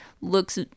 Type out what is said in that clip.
looks